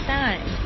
time